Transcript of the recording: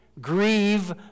grieve